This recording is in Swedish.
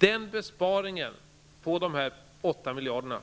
Den besparingen på 8 miljarder